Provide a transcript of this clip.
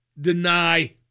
deny